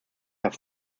have